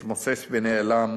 מתמוסס ונעלם.